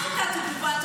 מה הייתה התגובה?